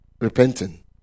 repenting